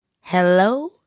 hello